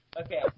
Okay